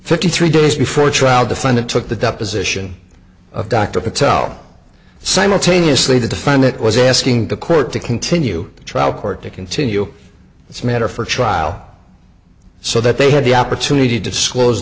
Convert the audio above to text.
fifty three days before trial defendant took the deposition of dr patel simultaneously to find it was asking the court to continue the trial court to continue this matter for trial so that they had the opportunity to disclose